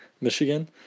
Michigan